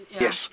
Yes